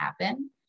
happen